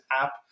app